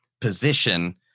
position